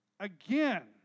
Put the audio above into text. Again